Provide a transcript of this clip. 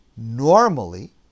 normally